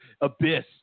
abyss